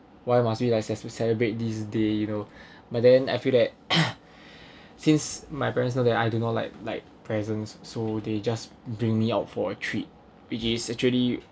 why must be we like ce~ celebrate this day you know but then I feel that since my parents know that I do not like like presents so they just bring me out for a trip which is actually